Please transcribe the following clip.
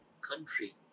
country